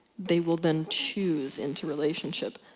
they will then chose into relationship.